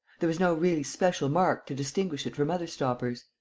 there was no really special mark to distinguish it from other stoppers.